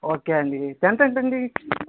okay అండి tenth ఎంతండి